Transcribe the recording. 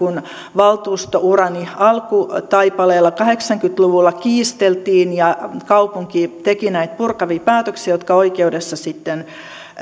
valtuustourani alkutaipaleella kahdeksankymmentä luvulla kiisteltiin ja joista kaupunki teki näitä purkavia päätöksiä jotka oikeudessa sitten